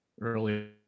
earlier